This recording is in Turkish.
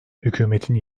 hükümetin